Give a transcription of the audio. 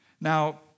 Now